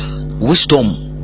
wisdom